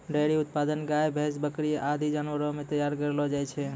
dairy उत्पाद गाय, भैंस, बकरी आदि जानवर सें तैयार करलो जाय छै